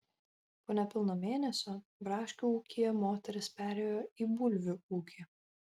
po nepilno mėnesio braškių ūkyje moteris perėjo į bulvių ūkį